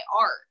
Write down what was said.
art